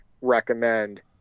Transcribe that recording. recommend